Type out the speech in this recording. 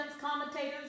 commentators